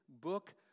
book